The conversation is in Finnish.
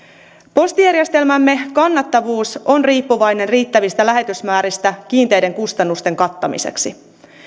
postijärjestelmämme kannattavuus on riippuvainen riittävistä lähetysmääristä kiinteiden kustannusten kattamiseksi